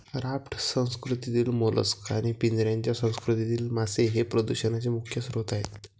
raft संस्कृतीतील mollusc आणि पिंजऱ्याच्या संस्कृतीतील मासे हे प्रदूषणाचे प्रमुख स्रोत आहेत